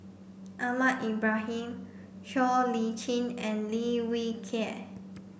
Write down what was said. Ahmad Ibrahim Siow Lee Chin and Lim Wee Kiak